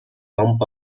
pump